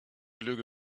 lüge